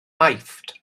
aifft